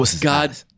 God